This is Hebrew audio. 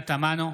פנינה תמנו,